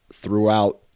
Throughout